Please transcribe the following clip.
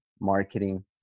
marketing